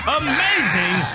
amazing